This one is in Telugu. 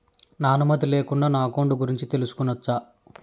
నా అనుమతి లేకుండా నా అకౌంట్ గురించి తెలుసుకొనొచ్చా?